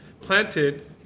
planted